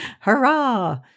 Hurrah